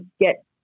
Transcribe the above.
get